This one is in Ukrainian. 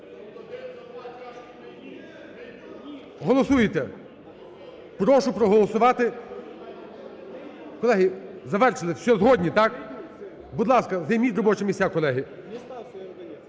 Голосуйте! Прошу проголосувати. (Шум у залі) Колеги, завершили. Все. Згодні, так? Будь ласка, займіть робочі місця, колеги.